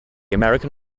american